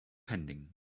pending